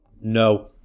no